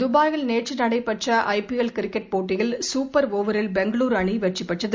தபாயில் நேற்று நடைபெற்ற ஐபிஎல் கிரிக்கெட் போட்டியில் குப்பர் ஒவரில் பெங்களூரு அணி வெற்றி பெற்றது